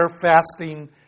fasting